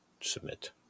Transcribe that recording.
Submit